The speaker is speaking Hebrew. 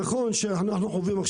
להקנות לאנשים שעובדים הכי